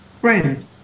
Friend